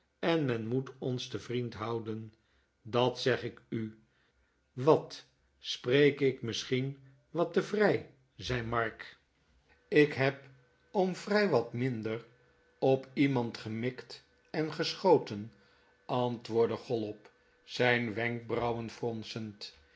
en men moet ons te vriend houden dat zeg ik u wat spreek ik misschien wat te vrij zei mark ik neb om vrij wat minder op iemand gemikt en geschoten antwoordde chollop zijn wenkbrauwen fronsend